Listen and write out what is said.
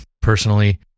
personally